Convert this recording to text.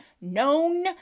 known